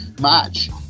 match